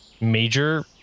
major